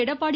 Edappadi